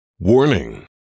Warning